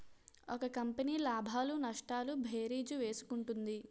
ఒక కంపెనీ లాభాలు నష్టాలు భేరీజు వేసుకుంటుంది